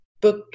book